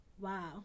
Wow